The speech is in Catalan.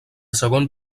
segon